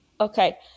Okay